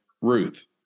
Ruth